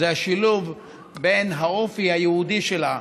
זה השילוב בין האופי היהודי שלה,